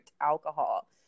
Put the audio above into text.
alcohol